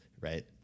Right